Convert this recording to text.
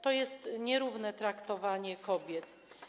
To jest nierówne traktowanie kobiet.